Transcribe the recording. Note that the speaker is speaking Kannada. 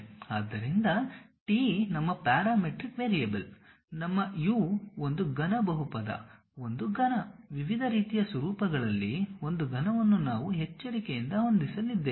ಆದ್ದರಿಂದ T ನಮ್ಮ ಪ್ಯಾರಾಮೀಟ್ರಿಕ್ ವೇರಿಯೇಬಲ್ ನಮ್ಮ U ಒಂದು ಘನ ಬಹುಪದ ಒಂದು ಘನ ವಿವಿಧ ರೀತಿಯ ಸ್ವರೂಪಗಳಲ್ಲಿ ಒಂದು ಘನವನ್ನು ನಾವು ಎಚ್ಚರಿಕೆಯಿಂದ ಹೊಂದಿಸಲಿದ್ದೇವೆ